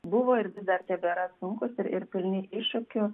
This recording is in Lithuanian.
buvo ir vis dar tebėra sunkūs ir ir pilni iššūkių